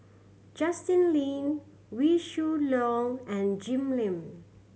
Justin Lean Wee Shoo Leong and Jim Lim